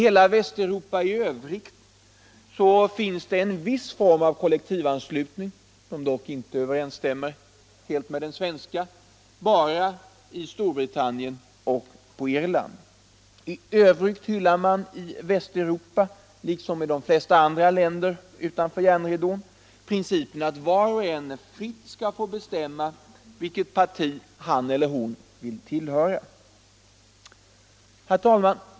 I Västeuropa i övrigt finns det en viss form av kollektivanslutning, som dock inte överensstämmer helt med den svenska, enbart i Storbritannien och på Irland. I övrigt hyllar man i Västeuropa, liksom i de flesta andra länder utanför järnridån, principen att var och en fritt skall få bestämma vilket parti han eller hon vill tillhöra. Herr talman!